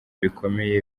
bikomeye